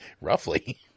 Roughly